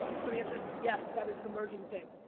so the answer is yes, that is an emerging thing.